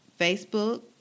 Facebook